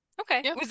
Okay